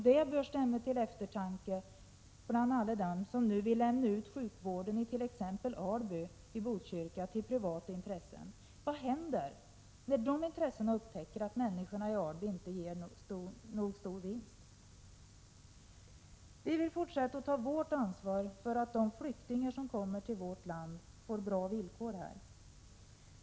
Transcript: Det bör stämma till eftertanke bland dem som nu vill lämna ut sjukvården i t.ex. Alby till privata intressen. Vad händer när man upptäcker att människorna i Alby inte ger nog stor vinst? Vi vill fortsätta att ta vårt ansvar för att de flyktingar som kommer till vårt land får bra villkor här.